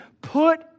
put